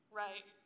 right